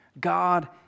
God